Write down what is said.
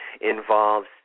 involves